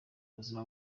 buzima